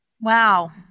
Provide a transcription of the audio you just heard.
Wow